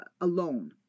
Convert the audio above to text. alone